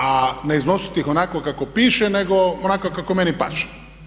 A ne iznositi ih onako kako piše nego onako kako meni paše.